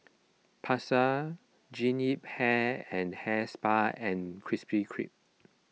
Pasar Jean Yip Hair and Hair Spa and Krispy Kreme